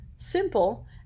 simple